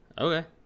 Okay